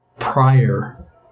prior